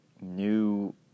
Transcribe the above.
new